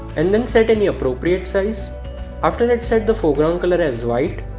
and then set any appropriate size after that set the foreground color as white